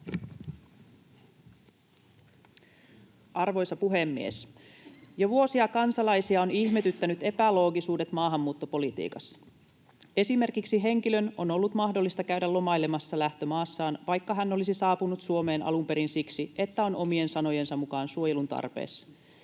Arvoisa puhemies! Jo vuosia kansalaisia ovat ihmetyttäneet epäloogisuudet maahanmuuttopolitiikassa. Esimerkiksi henkilön on ollut mahdollista käydä lomailemassa lähtömaassaan, vaikka hän olisi saapunut Suomeen alun perin siksi, että on omien sanojensa mukaan suojelun tarpeessa.